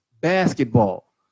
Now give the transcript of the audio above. basketball